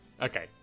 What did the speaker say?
Okay